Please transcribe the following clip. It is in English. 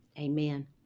Amen